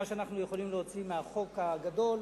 מה שאנחנו יכולים להוציא מהחוק הגדול,